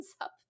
up